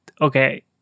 okay